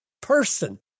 person